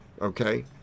Okay